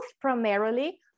primarily